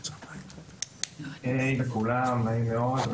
שלום לכולם, נעים מאוד.